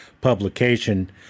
publication